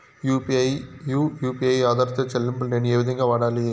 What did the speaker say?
UPI U P I ఆధారిత చెల్లింపులు నేను ఏ విధంగా వాడాలి?